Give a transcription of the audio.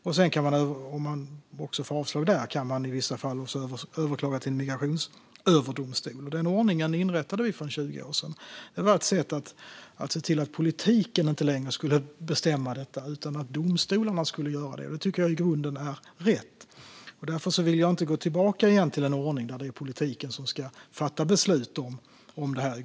Om man också får avslag där kan man i vissa fall överklaga till en migrationsöverdomstol. Denna ordning inrättade vi för 20 år sedan. Det var ett sätt att se till att politiken inte längre skulle bestämma detta, utan att domstolarna skulle göra det. Det tycker jag i grunden är rätt. Därför vill jag inte gå tillbaka igen till en ordning där det är politiken som ska fatta beslut om detta.